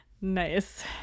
nice